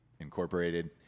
Incorporated